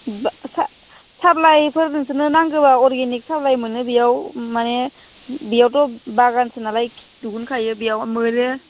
बा सा साफ्लायफोर नोंसोरनो नांगौबा अरगेनिक साफ्लायनो मोनो बेयाव माने बेयावथ' बागानसो नालाय दिहुनखायो बेयाव मोनो